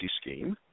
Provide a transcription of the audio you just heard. scheme